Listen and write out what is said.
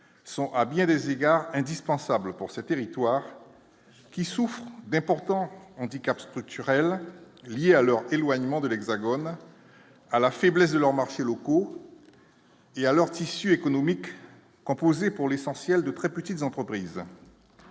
sont à bien des égards, indispensables pour ces territoires qui souffrent d'importants handicaps structurels liés à leur éloignement de l'Hexagone à la faiblesse de leurs marchés locaux. Il a leur tissu économique composé pour l'essentiel, de très petites entreprises.